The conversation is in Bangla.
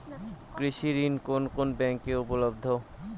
কৃষি ঋণ কোন কোন ব্যাংকে উপলব্ধ?